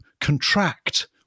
contract